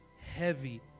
heavy